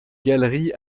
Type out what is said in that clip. galerie